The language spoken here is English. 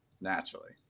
naturally